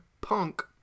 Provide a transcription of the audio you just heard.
Punk